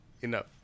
Enough